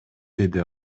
деди